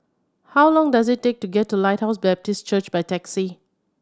how long does it take to get to Lighthouse Baptist Church by taxi